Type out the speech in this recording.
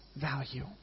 value